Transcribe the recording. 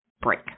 break